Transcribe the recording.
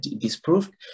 disproved